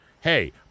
Hey